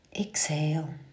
Exhale